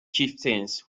chieftains